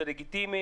זה לגיטימי,